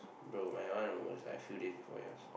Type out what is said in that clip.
bro my one was like a few days before yours